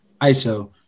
ISO